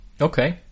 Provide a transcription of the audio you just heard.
Okay